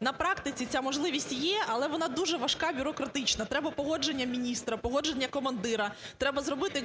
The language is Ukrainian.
На практиці ця можливість є, але вона дуже важка бюрократично. Треба погодження міністра, погодження командира. Треба зробити